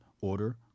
order